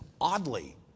oddly